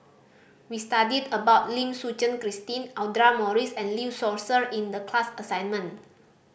we studied about Lim Suchen Christine Audra Morrice and Lee Seow Ser in the class assignment